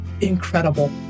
incredible